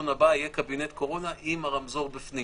הבא יהיה קבינט קורונה עם הרמזור בפנים,